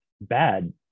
bad